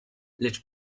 lecz